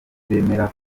bemera